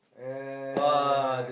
yeah yeah yeah yeah yeah yeah